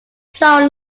plural